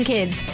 Kids